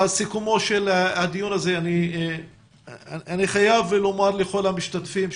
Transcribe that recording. בסיכומו של הדיון הזה אני חייב לומר לכל המשתתפים,